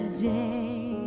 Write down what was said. day